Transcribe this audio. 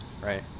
Right